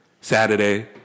Saturday